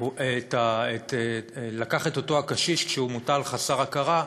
את אותו הקשיש, כשהוא מוטל חסר הכרה,